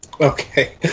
Okay